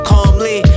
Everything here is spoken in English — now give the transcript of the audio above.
Calmly